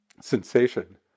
sensation